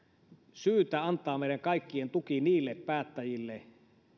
syytä meidän kaikkien antaa tuki päättäjille